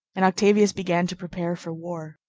and octavius began to prepare for war.